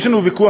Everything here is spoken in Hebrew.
יש לנו ויכוח,